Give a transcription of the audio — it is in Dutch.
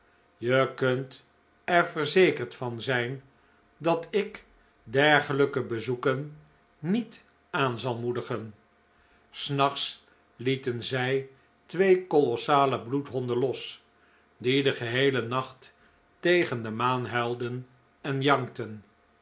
je kunt er verzekerd van zijn dat ik dergelijke bezoeken niet aan zal moedigen s nachts lieten zij twee kolossale bloedhonden los die den geheelen nacht tegen de maan huilden en jankten